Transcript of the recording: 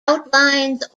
outlines